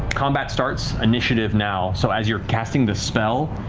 combat starts, initiative now, so as you're casting the spell,